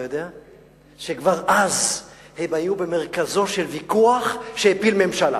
אתה יודע שכבר אז הם היו במרכזו של ויכוח שהפיל ממשלה.